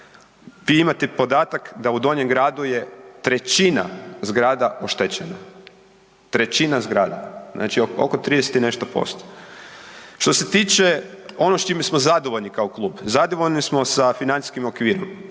… podatak da u Donjem gradu je trećina zgrada oštećena, trećina zgrada, znači oko 30 i nešto posto. Što se tiče ono s čime smo zadovoljni kao klub, zadovoljni smo sa financijskim okvirom.